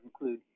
include